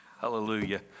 Hallelujah